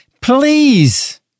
please